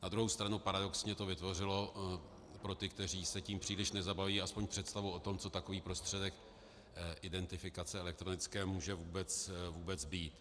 Na druhou stranu paradoxně to vytvořilo pro ty, kteří se tím příliš nezabývají, aspoň představu o tom, co takový prostředek identifikace elektronické může vůbec být.